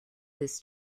this